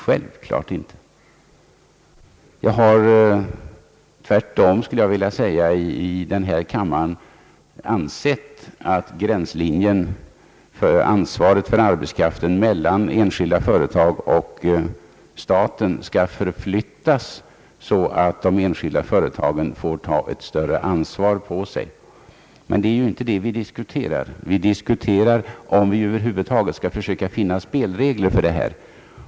Tvärtom har jag i denna kammare hävdat att gränslinjen mellan enskilda företag och staten skall förflyttas när det gäller ansvaret för arbetskraften — de enskilda företagen bör ta ett större ansvar på sig. Men det är ju inte den saken vi dis-- kuterar, utan om vi över huvud taget skall söka finna spelregler för detta.